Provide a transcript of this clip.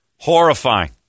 horrifying